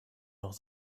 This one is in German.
noch